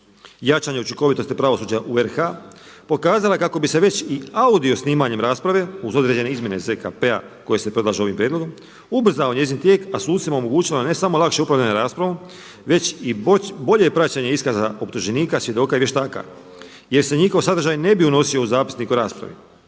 jačanje učinkovitosti pravosuđa u RH, pokazala je kako bi se već i audio snimanjem rasprave uz određene izmjene ZKP-a koji se predlaže ovim prijedlogom, ubrzao njezin tijek, a sucima omogućila ne samo lakše upravljanje raspravom, već i bolje praćenje iskaza optuženika, svjedoka i vještaka jer se njihov sadržaj ne bi unosio u zapisnik u raspravi.